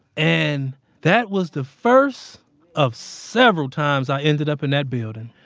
and that was the first of several times i ended up in that building.